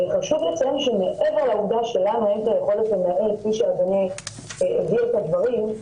חשוב לציין שמעבר לעובדה --- כפי שאדוני העביר את הדברים,